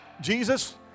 Jesus